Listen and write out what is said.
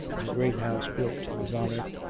in the great house built to his honour,